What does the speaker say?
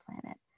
planet